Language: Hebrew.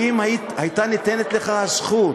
כי אילו הייתה ניתנת לך הזכות,